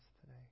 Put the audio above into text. today